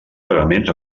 pagaments